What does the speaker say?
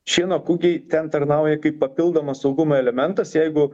šieno kūgiai ten tarnauja kaip papildomas saugumo elementas jeigu